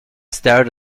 stared